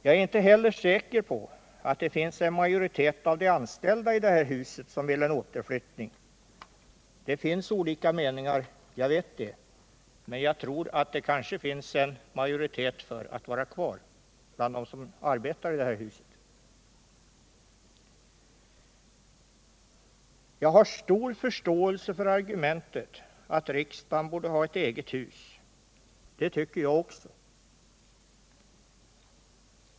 Jag är inte heller säker på att en majoritet av de anställda här i huset vill ha en återflyttning. Jag vet att det finns olika meningar bland de anställda, men jag tror att en majoritet av dem som arbetar här i huset vill vara kvar här. Jag har stor förståelse för argumentet att riksdagen bör ha ett eget hus. Det tycker jag också.